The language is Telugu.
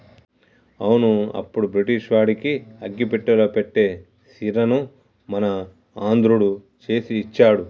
అవును అప్పుడు బ్రిటిష్ వాడికి అగ్గిపెట్టెలో పట్టే సీరని మన ఆంధ్రుడు చేసి ఇచ్చారు